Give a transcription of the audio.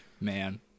Man